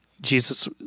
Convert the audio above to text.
Jesus